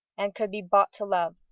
and could be brought to love,